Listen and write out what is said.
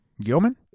Gilman